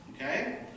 Okay